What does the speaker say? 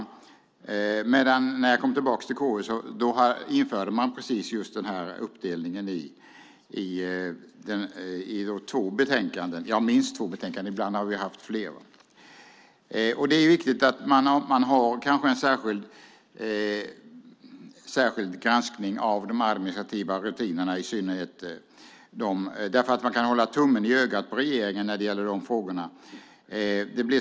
När jag senare kom tillbaka till KU införde man just då uppdelningen i två betänkanden. Ibland har vi även haft fler än två betänkanden. Det är viktigt att ha en särskild granskning av de administrativa rutinerna. Därmed kan man hålla tummen i ögat på regeringen när det gäller dessa frågor.